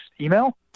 email